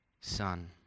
son